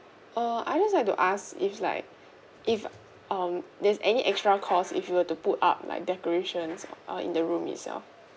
uh I just like to ask if like if um there's any extra cost if you were to put up like decorations err in the room itself